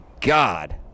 God